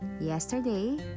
yesterday